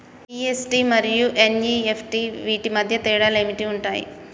EFT మరియు NEFT వీటి మధ్య తేడాలు ఏమి ఉంటాయి?